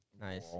Nice